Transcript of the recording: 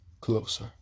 closer